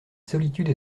solitude